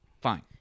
Fine